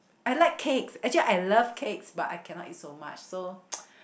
I like cakes actually I love cakes but I cannot eat so much so